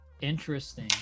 Interesting